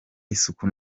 isuku